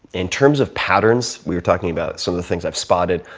in terms of patterns, we were talking about some of the things i've spotted,